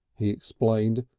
he explained,